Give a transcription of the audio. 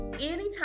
anytime